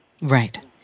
Right